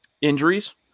injuries